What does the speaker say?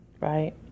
right